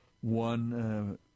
One